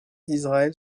israël